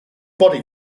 body